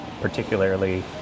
particularly